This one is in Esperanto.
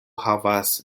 havas